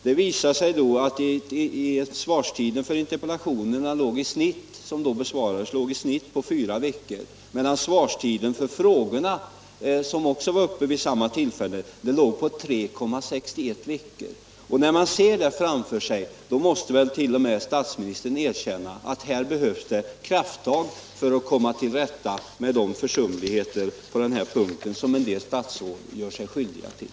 Det visade sig att svarstiden för de interpellationer som då besvarades i snitt låg på fyra veckor, medan svarstiden för de frågor som besvarades vid samma tillfälle låg på 3,61 veckor. Med den statistiken framför sig måste väl t.o.m. statsministern erkänna att det behövs krafttag för att komma till rätta med de försumligheter på den här punkten som en del statsråd gör sig skyldiga till.